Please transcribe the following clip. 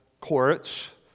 courts